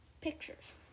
pictures